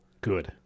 Good